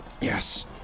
Yes